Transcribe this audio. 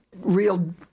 real